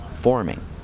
forming